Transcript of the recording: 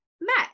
met